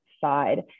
side